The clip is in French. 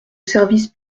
service